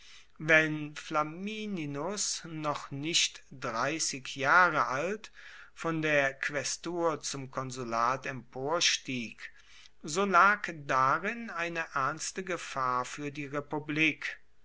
wenn flamininus noch nicht dreissig jahre alt von der quaestur zum konsulat emporstieg so lag darin eine ernste gefahr fuer die republik